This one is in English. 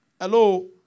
Hello